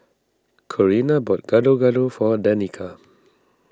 Corrina bought Gado Gado for Danika